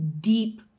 deep